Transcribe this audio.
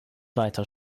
weiter